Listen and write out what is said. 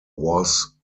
was